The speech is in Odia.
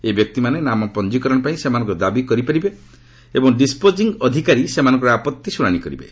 ଏହି ବ୍ୟକ୍ତିମାନେ ନାମପଞ୍ଜିକରଣ ପାଇଁ ସେମାନଙ୍କର ଦାବି କରିପାରିବେ ଏବଂ ଡିସ୍ପୋଜିଂ ଅଧିକାରୀ ସେମାନଙ୍କର ଆପତ୍ତି ଶୁଣାଣି କରିବେ